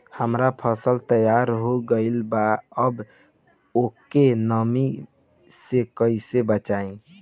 हमार फसल तैयार हो गएल बा अब ओके नमी से कइसे बचाई?